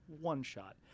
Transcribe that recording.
one-shot